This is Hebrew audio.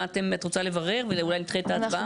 אמרתם שאת רוצה לברר ואולי נדחה את ההצבעה?